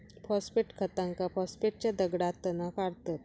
phosphate खतांका फॉस्फेटच्या दगडातना काढतत